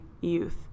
youth